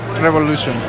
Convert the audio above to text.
Revolution